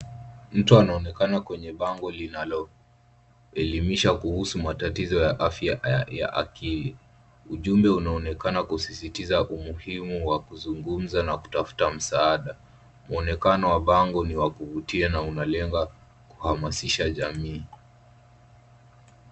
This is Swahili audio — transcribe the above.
Mtu anaonekana kwenye bango linaloelimisha kuhusu matatizo ya afya ya akili. Ujumbe unaonekana kusisitiza umuhimu wa kuzungumza na kutafuta msaada. Muonekano wa bango ni wakuvutia na unalenga kuhamasisha jamii.